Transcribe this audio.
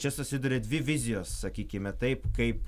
čia susiduria dvi vizijos sakykime taip kaip